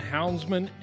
Houndsman